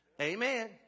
Amen